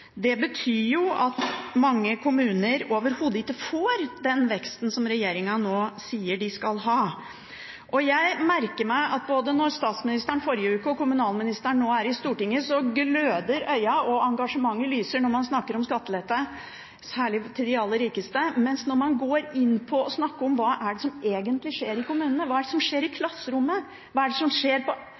Det betyr at mange kommuner overhodet ikke får den veksten som regjeringen nå sier de skal ha. Jeg merker meg at både når statsministeren – i forrige uke – og kommunalministeren – nå – er i Stortinget, så gløder øynene og lyser engasjementet når man snakker om skattelette, særlig til de aller rikeste, mens når man går inn på å snakke om hva det er som egentlig skjer i kommunene, hva som skjer i klasserommene, hva som skjer på